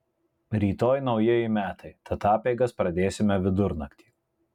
rytoj naujieji metai tad apeigas pradėsime vidurnaktį